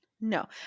No